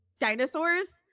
dinosaurs